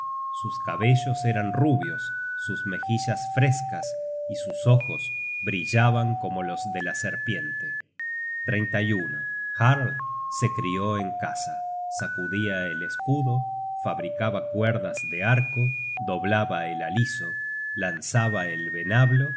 sus cabellos eran rubios sus mejillas frescas y sus ojos brillaban como los de la serpiente jarl se crió en casa sacudia el escudo fabricaba cuerdas de arco doblaba el aliso lanzaba el venablo